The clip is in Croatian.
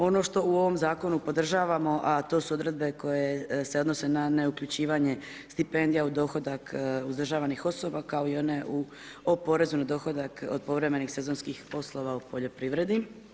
Ono što u ovom Zakonu podržavamo, a to su odredbe koje se odnose na neuključivanje stipendija od dohodak uzdržavanih osoba, kao i one o porezu na dohodak od povremenih sezonskih poslova u poljoprivredi.